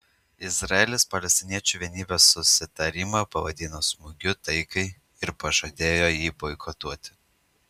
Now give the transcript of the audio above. izraelis palestiniečių vienybės susitarimą pavadino smūgiu taikai ir pažadėjo jį boikotuoti